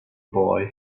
boy